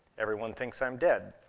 everyone thinks i'm dead.